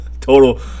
Total